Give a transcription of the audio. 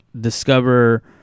discover